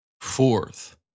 Fourth